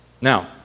Now